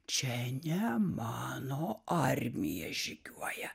čia ne mano armija žygiuoja